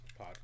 podcast